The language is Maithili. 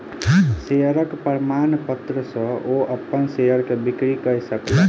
शेयरक प्रमाणपत्र सॅ ओ अपन शेयर के बिक्री कय सकला